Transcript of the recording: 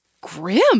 grim